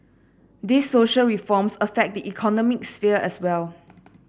these social reforms affect the economic sphere as well